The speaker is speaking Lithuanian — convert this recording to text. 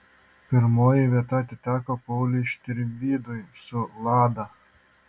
pirmoji vieta atiteko pauliui štirvydui su lada